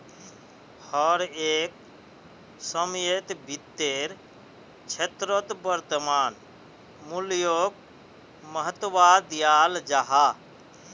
हर एक समयेत वित्तेर क्षेत्रोत वर्तमान मूल्योक महत्वा दियाल जाहा